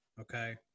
okay